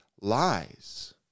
lies